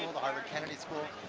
the harvard kennedy school,